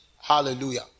Hallelujah